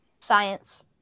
Science